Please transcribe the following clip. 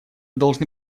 должны